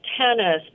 tennis